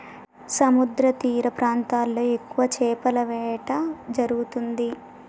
సముద్రతీర ప్రాంతాల్లో ఎక్కువ చేపల వేట జరుగుతుంది